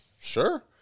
Sure